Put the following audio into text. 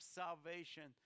salvation